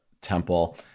temple